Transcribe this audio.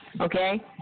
okay